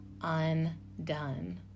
undone